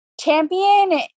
champion